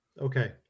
Okay